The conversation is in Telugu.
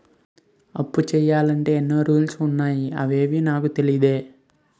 అప్పు చెయ్యాలంటే ఎన్నో రూల్స్ ఉన్నాయా అవేవీ నాకు తెలీదే